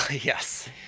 Yes